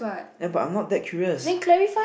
ya but I'm not that curious